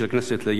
איל ינון,